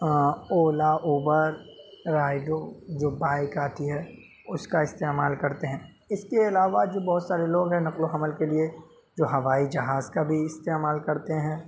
اولا Uber رائڈو جو bike آتی ہے اس کا استعمال کرتے ہیں اس کے علاوہ جو بہت سارے لوگ ہیں نقل و حمل کے لیے جو ہوائی جہاز کا بھی استعمال کرتے ہیں